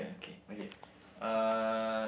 okay uh